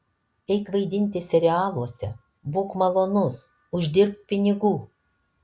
eik vaidinti serialuose būk malonus uždirbk pinigų